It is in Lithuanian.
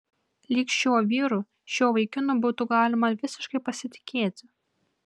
lyg šiuo vyru šiuo vaikinu būtų galima visiškai pasitikėti